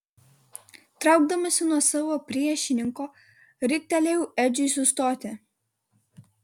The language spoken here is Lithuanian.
traukdamasi nuo savo priešininko riktelėjau edžiui sustoti